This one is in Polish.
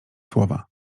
słowa